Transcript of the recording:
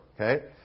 Okay